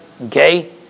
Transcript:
Okay